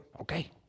Okay